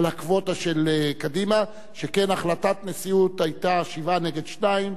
שכן החלטת הנשיאות בשבעה נגד שניים היתה נגד אפשרות לשנות את סדר-היום.